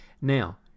Now